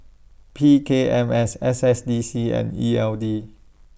P K M S S S D C and E L D